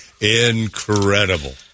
incredible